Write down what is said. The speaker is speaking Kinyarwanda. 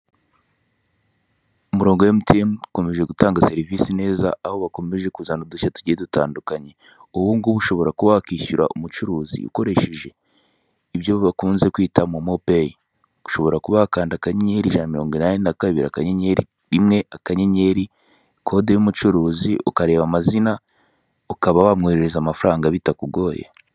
Umurongo wa emutiyeni ukomeje gutanga serivise neza aho bakomeje kuzana udushya tugiye dutandukanye, ubungubu ushobora wakishyura umucuruzi ukoresheje ibyo bakunze kwita momo peyi, ushobora kuba wakanda akanyenyeri ijana na mirongo inani na kabiri akanyenyeri rimwe akanyenyeri kode y'umucuruzi ukareba amazina ukaba wa mwoherereza amafaranga bitakugoye.